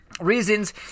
reasons